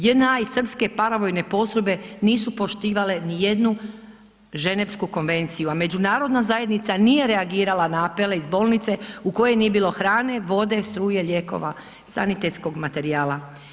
JNA i srpske paravojne postrojbe nisu poštivale ni jednu ženevsku konvenciju, a međunarodna zajednica nije reagirala na apele iz bolnice u kojoj nije bilo hrane, vode, struje, lijekova, sanitetskog materijala.